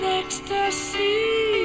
ecstasy